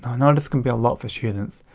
i know this can be a lot for students,